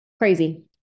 Crazy